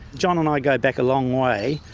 john and i go back a long way.